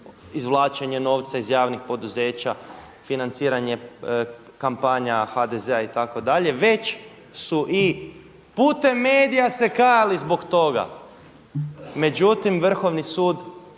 izvlačenje novca iz javnih poduzeća, financiranje kampanja HDZ-a itd. već su i putem medija se kajali zbog toga. Međutim, Vrhovni sud